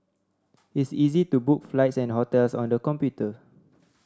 it's easy to book flights and hotels on the computer